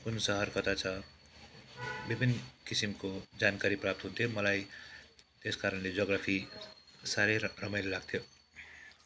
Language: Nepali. कुन सहर कता छ विभिन्न किसिमको जानकारी प्राप्त हुन्थ्यो मलाई त्यस कारणले ज्योग्राफी साह्रै र रमाइलो लाग्थ्यो